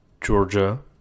Georgia